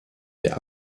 der